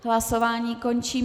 Hlasování končím.